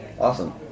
Awesome